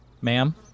ma'am